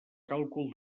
càlcul